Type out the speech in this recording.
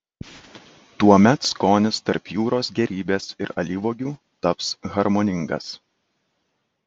tuomet skonis tarp jūros gėrybės ir alyvuogių taps harmoningas